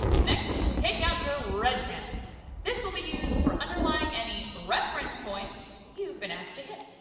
next, take out your red pen this will be used for underlining any reference points you've been asked to hit.